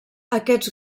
aquests